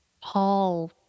Paul